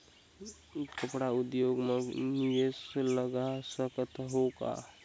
कपड़ा उद्योग म निवेश लगा सकत हो का?